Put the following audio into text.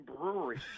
brewery